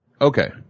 Okay